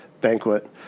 banquet